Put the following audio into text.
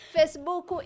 Facebook